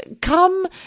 Come